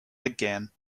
again